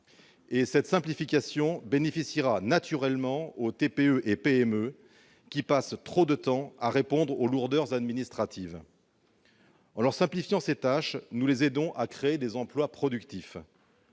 Cette simplification profitera naturellement aux TPE-PME, qui consacrent trop de temps à se plier aux lourdeurs administratives. En leur facilitant ces tâches, nous les aiderons à créer des emplois productifs.